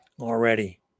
already